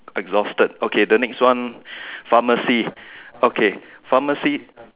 exhausted okay the next one pharmacy okay pharmacy